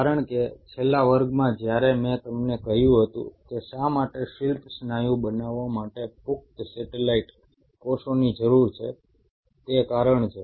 કારણ કે છેલ્લા વર્ગમાં જ્યારે મેં તમને કહ્યું હતું કે શા માટે શિલ્પ સ્નાયુ બનાવવા માટે પુખ્ત સેટેલાઈટ કોષોની જરૂર છે તે કારણ છે